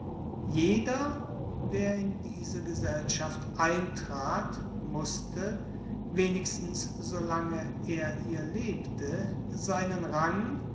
jeder der in diese gesellschaft eintrat mußte wenigstens solange er ihr lebte seinen rang